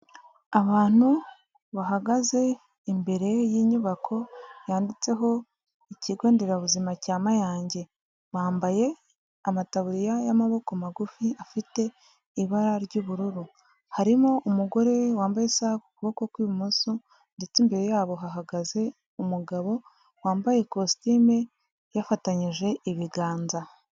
Abantu bahagaze imbere y'inyubako yanditseho ikigo nderabuzima cya Mayange, bambaye amataburiya y'amaboko magufi afite ibara ry'ubururu, harimo umugore we wambaye isaha ku kuboko kw'ibumoso ndetse imbere yabo hahagaze umugabo wambaye kositime yafatanyije ibiganza.